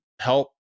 help